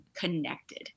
connected